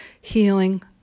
healing